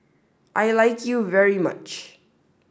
I like you very much